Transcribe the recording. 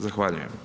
Zahvaljujem.